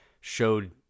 showed